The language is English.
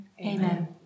amen